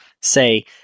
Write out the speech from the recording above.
say